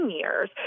years